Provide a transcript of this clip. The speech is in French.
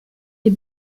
les